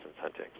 hunting